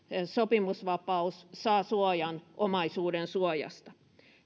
sopimusvapaus saa suojan omaisuudensuojasta